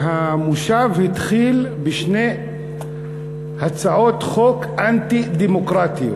והמושב התחיל בשתי הצעות חוק אנטי-דמוקרטיות.